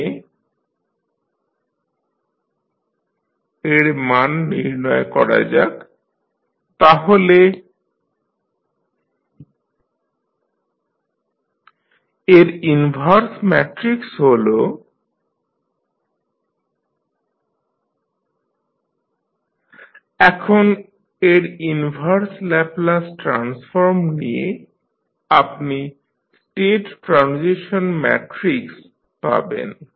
প্রথমে sI A এর মান নির্ণয় করা যাক তাহলে sI As 0 0 s 0 1 2 3 s 1 2 s3 এর ইনভার্স ম্যাট্রিক্স হল sI A 11s23s2s3 1 2 s এখন এর ইনভার্স ল্যাপলাস ট্রান্সফর্ম নিয়ে আপনি স্টেট ট্রানজিশন ম্যাট্রিক্স পাবেন